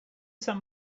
some